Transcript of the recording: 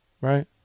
Right